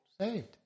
saved